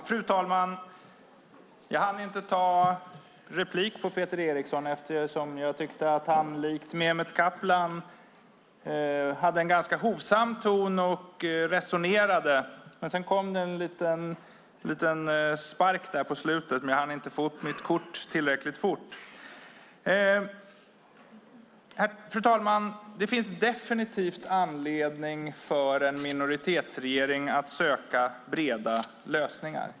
Fru talman! Jag hann inte ta replik på Peter Eriksson eftersom jag tyckte att han likt Mehmet Kaplan hade en ganska hovsam ton och resonerade. Sedan kom det en liten spark på slutet. Men jag hann inte få upp mitt kort tillräckligt fort. Fru talman! Det finns definitivt anledning för en minoritetsregering att söka breda lösningar.